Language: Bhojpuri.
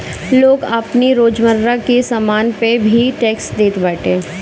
लोग आपनी रोजमर्रा के सामान पअ भी टेक्स देत बाटे